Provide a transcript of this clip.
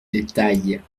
détails